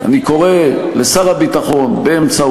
תקרא לראש הממשלה